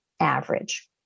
average